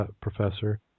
professor